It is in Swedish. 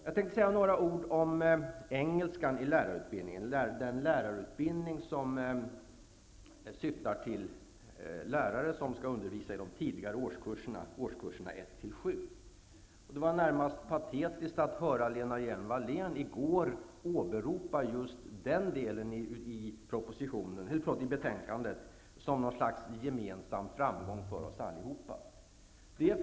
Jag tänkte säga några ord om engelskan i lärarutbildningen, den lärarutbildning som syftar till att utbilda lärare som skall undervisa de tidigare årskurserna, årskurserna 1 -- 7. Det var närmast patetiskt att höra Lena Hjelm-Wallén i går åberopa just den delen i betänkandet som någon slags gemensam framgång för oss allihop.